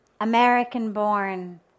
American-born